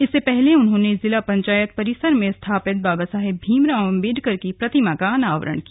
इससे पहले उन्होंने जिला पंचायत परिसर में स्थापित बाबा साहेब भीमराव अंबेडकर की प्रतिमा का अनावरण किया